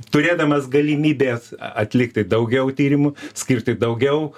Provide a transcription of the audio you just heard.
turėdamas galimybes atlikti daugiau tyrimų skirti daugiau